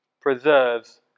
preserves